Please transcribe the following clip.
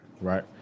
Right